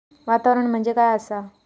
वातावरण म्हणजे काय आसा?